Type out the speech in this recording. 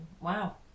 wow